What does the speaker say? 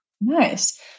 Nice